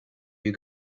you